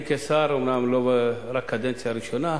אני, כשר, אומנם רק קדנציה ראשונה,